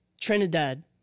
Trinidad